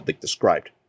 described